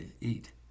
eat